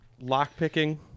lockpicking